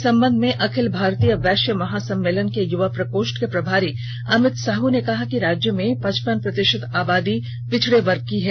इस संबंध में अखिल भारतीय वैश्य महासम्मेलन के युवा प्रकोष्ठ के प्रभारी अमित साहू ने कहा कि राज्य में पचपन प्रतिशत आबादी पिछड़े वर्ग की है